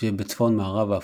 שבצפון-מערב אפריקה,